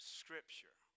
scripture